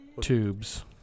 Tubes